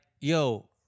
yo